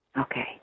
Okay